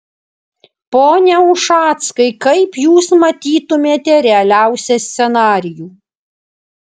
pone ušackai kaip jūs matytumėte realiausią scenarijų